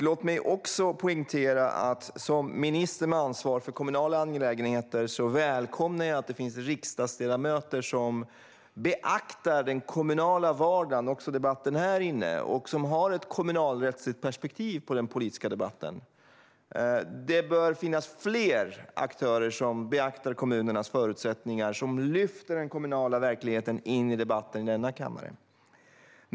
Låt mig också poängtera att jag, som minister med ansvar för kommunala angelägenheter, välkomnar att det finns riksdagsledamöter som beaktar den kommunala vardagen - även i debatten här - och som har ett kommunalrättsligt perspektiv på den politiska debatten. Det bör finnas fler aktörer som beaktar kommunernas förutsättningar och som lyfter in den kommunala verkligheten i debatten i denna kammare.